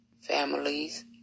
families